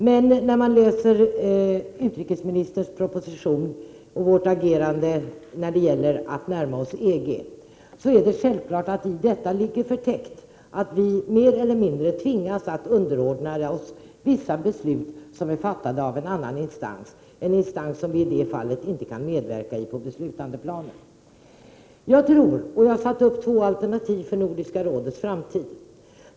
Men när man läser utrikesministerns proposition och ser på vårt agerande när det gäller att närma oss EG, är det självklart att det i detta ligger förtäckt att vi mer eller mindre tvingas att underordna oss vissa beslut som är fattade av en annan instans, en instans som vi i det fallet inte kan medverka i på beslutandeplanet. Jag har satt upp två alternativ för Nordiska rådets framtid.